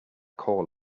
call